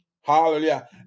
hallelujah